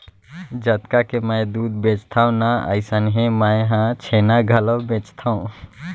जतका के मैं दूद बेचथव ना अइसनहे मैं हर छेना घलौ बेचथॅव